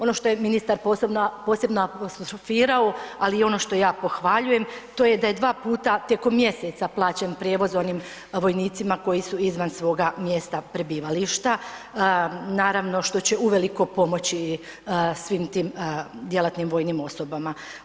Ono što je ministar posebno apostrofirao, ali i ono što ja pohvaljujem, to je da je 2 puta tijekom mjeseca plaćen prijevoz onim vojnicima koji su izvan svoga mjesta prebivališta naravno, što će uveliko pomoći svim tim djelatnim vojnim osobama.